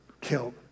killed